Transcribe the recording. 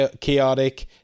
chaotic